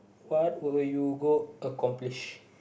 what will you go accomplish